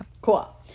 Cool